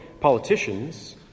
Politicians